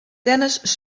tennis